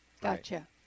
Gotcha